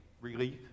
Relief